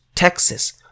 texas